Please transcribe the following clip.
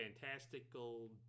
fantastical